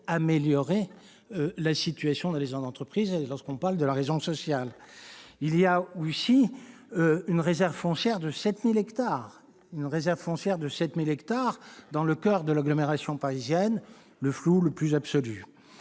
améliorer la situation dans les entreprises, lorsque l'on parle de la raison sociale. de la réserve foncière de 7 000 hectares dans le coeur de l'agglomération parisienne ? C'est le flou le plus absolu.